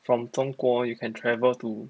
from 中国 you can travel to